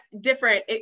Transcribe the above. different